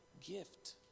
gift